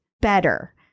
better